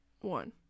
one